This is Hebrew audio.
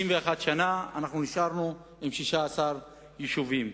61 שנה נשארנו עם 16 יישובים.